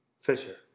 Fisher